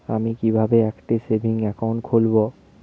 আমি কিভাবে একটি সেভিংস অ্যাকাউন্ট খুলব?